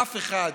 בבקשה,